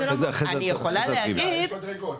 אני יכולה להגיד --- יש מדרגות.